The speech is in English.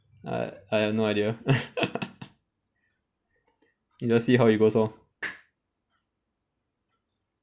I I have no idea we just see how it goes lor